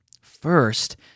First